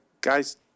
guys